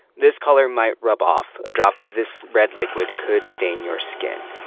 this color might rub off. a drop of this red liquid could stain your skin.